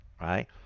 right